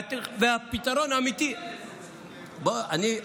תן לי,